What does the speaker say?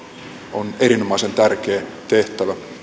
on erinomaisen tärkeä tehtävä